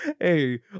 Hey